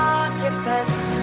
occupants